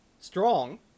Strong